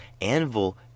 anvil